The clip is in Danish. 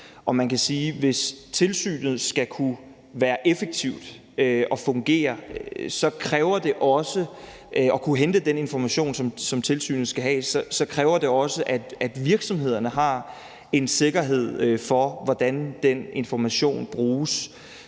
som tilsynet skal have, kræver det også, at virksomhederne har en sikkerhed omkring, hvordan den information bruges.